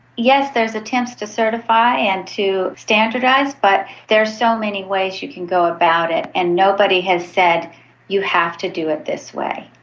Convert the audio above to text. yes, there's attempts to certify and to standardise, but there are so many ways you can go about it, and nobody has said you have to do it this way.